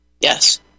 yes